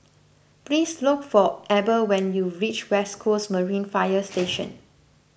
please look for Eber when you reach West Coast Marine Fire Station